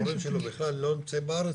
הוריו בכלל לא נמצאים בארץ,